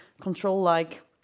control-like